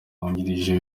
wungirije